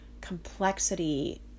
complexity